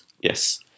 Yes